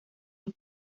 los